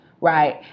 right